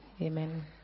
Amen